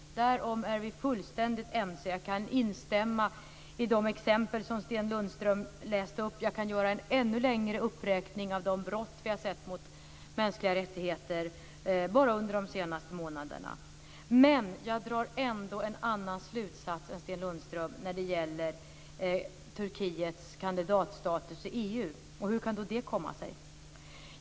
Därom är vi fullständigt ense. Jag kan instämma i de exempel som Sten Lundström redovisade, och jag kan göra en ännu längre uppräkning av de brott mot mänskliga rättigheter som vi har sett bara under de senaste månaderna. Men jag drar ändå en annan slutsats än Sten Lundström när det gäller Turkiets kandidatstatus i EU. Hur kan då det komma sig?